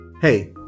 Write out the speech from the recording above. Hey